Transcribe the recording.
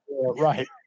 Right